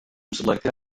selected